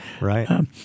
Right